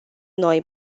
noi